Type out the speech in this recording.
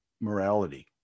morality